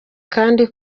kandi